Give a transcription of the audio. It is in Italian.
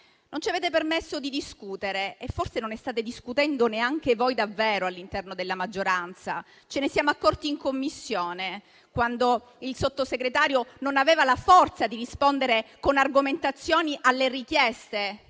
Non ci avete permesso di discutere e forse non ne state discutendo davvero neanche voi, all'interno della maggioranza. Ce ne siamo accorti in Commissione, quando il Sottosegretario non aveva la forza di rispondere con argomentazioni alle richieste